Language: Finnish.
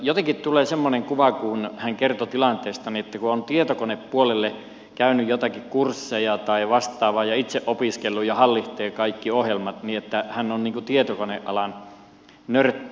jotenkin tuli semmoinen kuva kun hän kertoi tilanteestaan hän on tietokonepuolella käynyt joitain kursseja tai vastaavaa ja itse opiskellut ja hallitsee kaikki ohjelmat että hän on tietokonealan nörtti